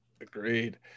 Agreed